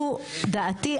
זו דעתי,